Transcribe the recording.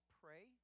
pray